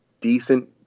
decent